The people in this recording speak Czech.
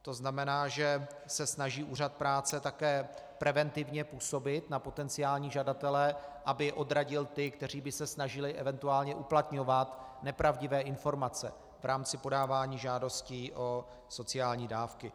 To znamená, že se snaží Úřad práce také preventivně působit na potenciální žadatele, aby odradil ty, kteří by se snažili eventuálně uplatňovat nepravdivé informace v rámci podávání žádosti o sociální dávky.